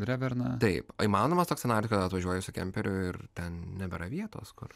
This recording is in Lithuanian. dreverna taip ar įmanomas toks scenarijus kad atvažiuoju su kemperiu ir ten nebėra vietos kur